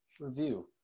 review